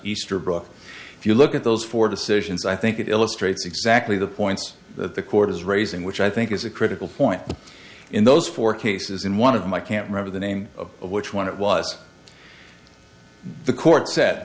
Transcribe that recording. easterbrook if you look at those four decisions i think it illustrates exactly the points that the court is raising which i think is a critical point in those four cases in one of my can't remember the name of which one it was the court